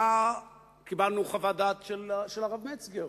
קיבלנו חוות דעת של הרב מצגר.